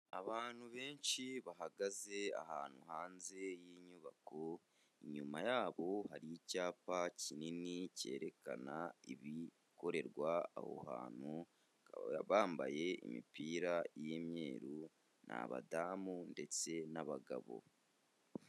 Abantu benshi bahagaze ahantu hanze yinyubako, inyuma yabo hari icyapa kinini cyerekana ibikorerwa aho hantu. Bakaba bambaye imipira y'imyeru, ni abadamu ndetse n'abagabo.